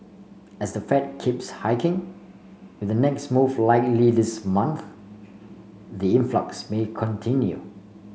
as the Fed keeps hiking with the next move likely this month the influx may continue